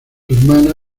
hermana